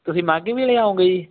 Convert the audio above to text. ਤੁਸੀਂ ਮਾਘੀ ਵੇਲੇ ਆਉਂਗੇ ਜੀ